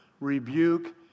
rebuke